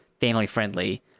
family-friendly